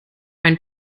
ein